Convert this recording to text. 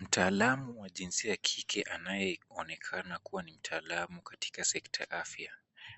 Mtaalamu wa jinsia ya kike anayeonekana kuwa ni mtaalamu katika sekta ya afya.